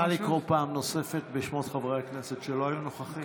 נא לקרוא פעם נוספת בשמות חברי הכנסת שלא היו נוכחים.